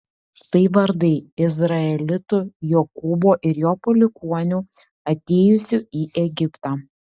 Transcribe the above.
štai vardai izraelitų jokūbo ir jo palikuonių atėjusių į egiptą